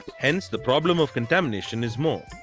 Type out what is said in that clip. hence, the problem of contamination is more.